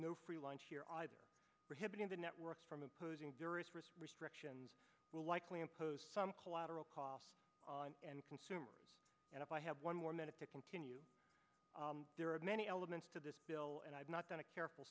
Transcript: no free lunch here either we're hitting the networks from opposing various risk restrictions will likely impose some collateral costs on end consumers and if i have one more minute to continue there are many elements to this bill and i've not done a careful